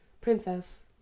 princess